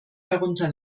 darunter